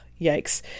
yikes